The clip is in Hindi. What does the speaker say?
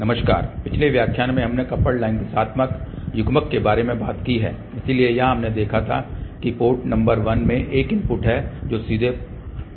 नमस्कार पिछले व्याख्यान में हमने कपल्ड लाइन दिशात्मक युग्मक के बारे में बात की है इसलिए जहां हमने देखा था कि पोर्ट नंबर 1 में एक इनपुट है जो सीधे पोर्ट 2 में जाता है